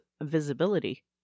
Visibility